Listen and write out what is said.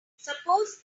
suppose